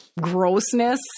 grossness